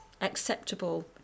acceptable